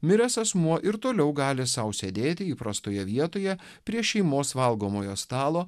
miręs asmuo ir toliau gali sau sėdėti įprastoje vietoje prie šeimos valgomojo stalo